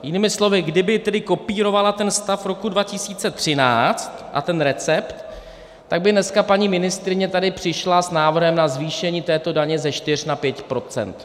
Jinými slovy, kdyby tedy kopírovala ten stav z roku 2013 a ten recept, tak by dneska paní ministryně tady přišla s návrhem na zvýšení této daně ze 4 na 5 procent.